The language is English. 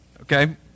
okay